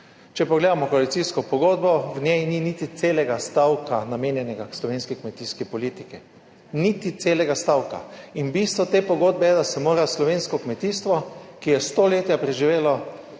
Če pogledamo koalicijsko pogodbo, v njej ni niti celega stavka namenjenega slovenski kmetijski politiki. Niti celega stavka. In bistvo te pogodbe je, da se mora slovensko kmetijstvo, ki je stoletja preživelo,